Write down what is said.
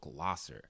glosser